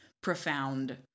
profound